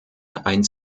einen